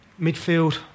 Midfield